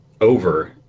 over